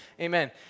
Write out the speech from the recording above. Amen